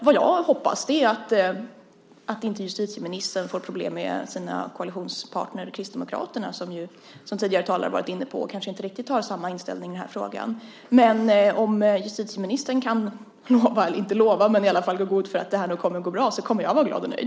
Vad jag hoppas är att justitieministern inte får problem med sina koalitionspartner i Kristdemokraterna som ju, som tidigare talare varit inne på, kanske inte riktigt har samma inställning i den här frågan. Men om justitieministern kanske inte kan lova men i alla fall gå i god för att det här nog kommer att gå bra kommer jag att vara glad och nöjd.